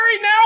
now